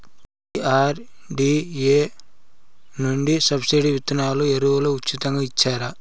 DRDA నుండి subsidy విత్తనాలు ఎరువులు ఉచితంగా ఇచ్చారా?